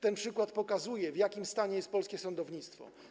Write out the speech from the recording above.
Ten przykład pokazuje, w jakim stanie jest polskie sądownictwo.